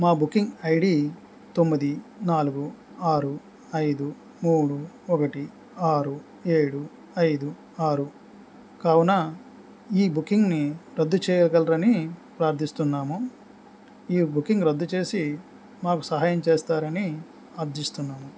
మా booking ID తొమ్మిది నాలుగు ఆరు ఐదు మూడు ఒకటి ఆరు ఏడు ఐదు ఆరు కావున ఈ బుకింగ్ను రద్దు చెయ్యగలరని ప్రార్థిస్తున్నాము ఈ బుకింగ్ రద్దు చేసి మాకు సహాయం చేస్తారని అర్థిస్తున్నాను